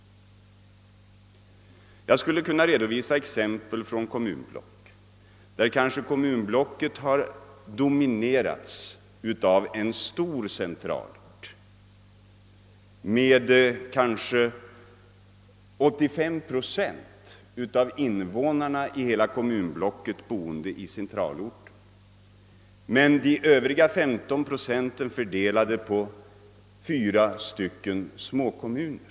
Jag skulle kunna redovisa exempel från kommunblock, där kommunblocket dominerats av en stor centralort där upp till 85 procent av invånarna i kommunblocket bor, medan de övriga 15 procenten är fördelade på fyra småkommuner.